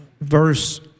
verse